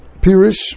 Pirish